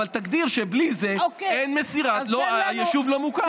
אבל תגדיר שבלי זה אין מסירה, היישוב לא מוכר.